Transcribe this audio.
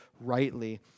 rightly